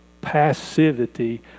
passivity